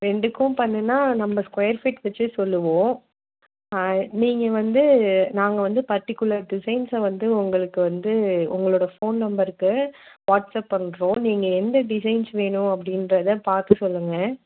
ரெண்டுக்கும் பண்ணுமென்னா நம்ம ஸ்கொயர் ஃபிட் வச்சு சொல்லுவோம் நீங்கள் வந்து நாங்கள் வந்து பர்ட்டிக்குலர் டிசைன்ஸை வந்து உங்களுக்கு வந்து உங்களோட ஃபோன் நம்பருக்கு வாட்ஸப் பண்ணுறோம் நீங்கள் எந்த டிசைன்ஸ் வேணும் அப்படின்றத பார்த்து சொல்லுங்க